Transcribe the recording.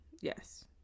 Yes